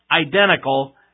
identical